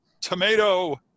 tomato